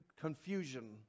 confusion